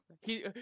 He-